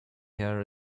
hair